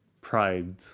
pride